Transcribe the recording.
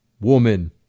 woman